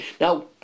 Now